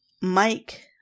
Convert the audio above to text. Mike